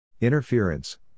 Interference